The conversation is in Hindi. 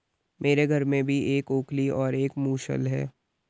मेरे घर में भी एक ओखली और एक मूसल है